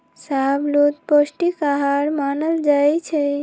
शाहबलूत पौस्टिक अहार मानल जाइ छइ